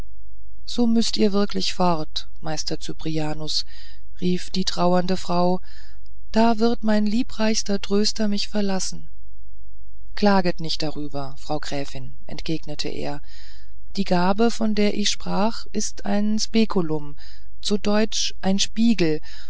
so müßt ihr wirklich fort meister cyprianus rief die trauernde frau da wird mein liebreichster tröster mich verlassen klaget darüber nicht frau gräfin entgegnete er die gabe von der ich sprach ist ein speculum zu deutsch ein spiegel